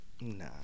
nah